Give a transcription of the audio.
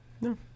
No